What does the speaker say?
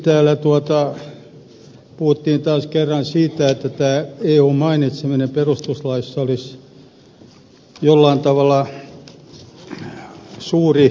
ensin täällä puhuttiin taas kerran siitä että eun mainitseminen perustuslaissa olisi jollain tavalla suuri asia